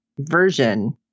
version